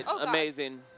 Amazing